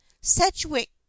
Sedgwick